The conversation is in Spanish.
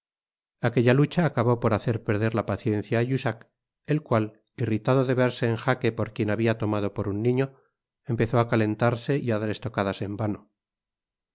aquella lucha acabó por hacer perder la paciencia á jussac el cual irritado de verse en jaque por quien habia tomado por un niño empezó á calentarse y á dar estocadas en vano